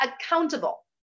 accountable